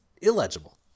illegible